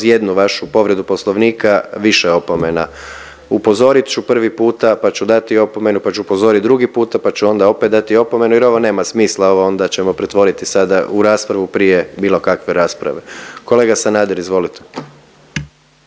jednu vašu povredu poslovnika više opomena. Upozorit ću prvi puta, pa ću dati opomenu, pa ću upozorit drugi puta pa ću onda dati opomenu jer ovo nema smisla ovo onda ćemo pretvoriti sada u raspravu prije bilo kakve rasprave. Kolega Sanader izvolite.